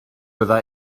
bydda